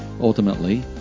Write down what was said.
Ultimately